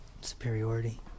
superiority